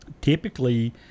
Typically